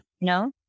No